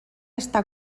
està